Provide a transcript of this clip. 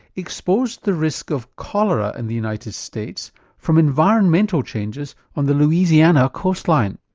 exposed the risk of cholera in the united states from environmental changes on the louisiana coastline.